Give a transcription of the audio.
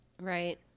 Right